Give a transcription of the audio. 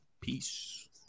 Peace